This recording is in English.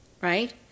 right